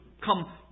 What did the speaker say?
Come